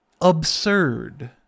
absurd